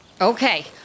Okay